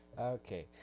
Okay